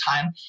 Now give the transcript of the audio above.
time